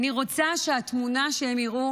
אני רוצה שהתמונה שהם יראו